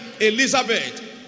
Elizabeth